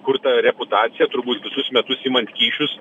kur ta reputaciją turbūt visus metus imant kyšius